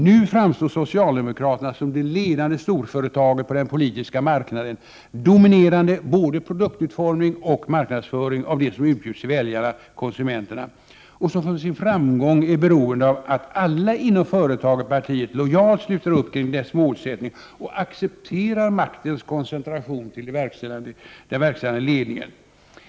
Nu framstår socialdemokraterna som det ledande storföretaget på den politiska marknaden, dominerande både produktutveckling och marknadsföring av det som utbjudes till väljarna partiet lojalt sluter upp kring dess målsättning och accepterar maktens koncentration till den verkställande ledningen.